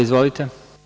Izvolite.